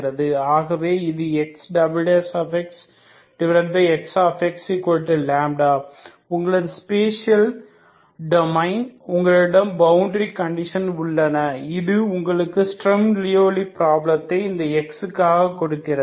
ஆகவே இது XxXxλ உங்களது ஸ்பேசியல் டொமைன் உங்களிடம் பவுண்டரி கண்டிஷன்கள் உள்ளன இது உங்களுக்கு ஸ்ரம் லியோவ்லி ப்ராப்ளத்தை இந்த x காக கொடுக்கிறது